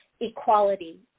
equality